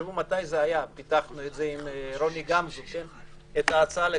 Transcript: תחשבו מתי זה היה, את ההצעה לקנסות.